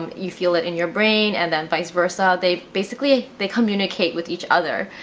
um you feel it in your brain and then vice versa. they basically they communicate with each other.